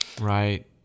Right